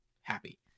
happy